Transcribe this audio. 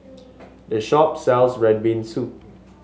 this shop sells red bean soup